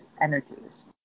energies